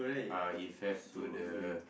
uh if have to the